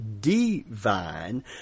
divine